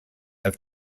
have